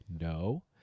No